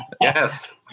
Yes